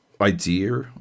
idea